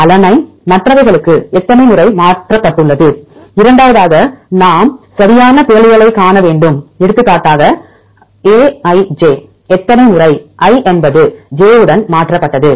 alanine மற்றவைகளுக்கு எத்தனை முறை மாற்றப்பட்டுள்ளது இரண்டாவதாக நாம் சரியான பிறழ்வுகளைக் காண வேண்டும் எடுத்துக்காட்டாக aij எத்தனை முறை ஐ என்பது ஜே உடன் மாற்றப்பட்டது